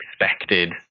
expected